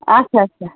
آچھا آچھا